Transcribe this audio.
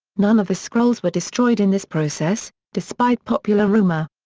none of the scrolls were destroyed in this process, despite popular rumor.